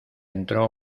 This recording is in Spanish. entró